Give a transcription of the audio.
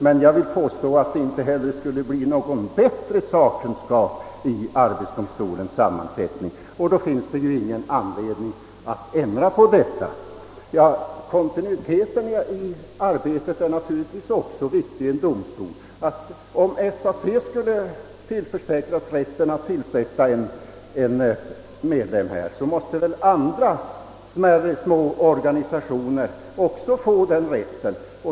Men jag vill påstå att det inte heller skulle bli någon bättre sakkunskap i arbetsdomstolen, och då finns det ju ingen anledning att ändra på domstolens sammansättning. Kontinuiteten i arbetet är naturligtvis också viktig i en domstol. Om SAC skulle få rätt att här tillsätta en medlem, måste väl andra små organisationer också få den rätten.